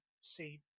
See